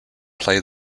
play